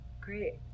Great